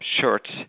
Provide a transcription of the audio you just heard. shirts